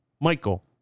Michael